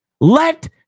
Let